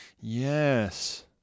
yes